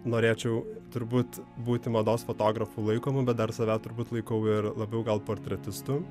norėčiau turbūt būti mados fotografu laikomu bet dar save turbūt laikau ir labiau gal portretistu